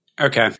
Okay